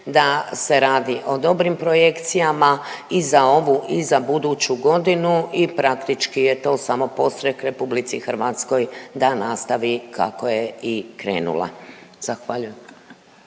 da se radi o dobrim projekcijama i za ovu i za buduću godinu i praktički je to samo podstrek RH da nastavi kako je i krenula. Zahvaljujem.